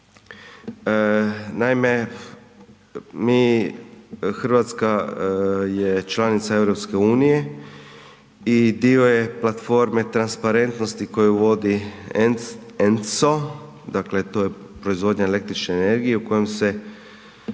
Hrvatska je članica EU i dio je platforme transparentnosti koju vodi ENCO dakle to je proizvodnja električne energije u kojem se